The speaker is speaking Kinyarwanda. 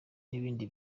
n’ibindi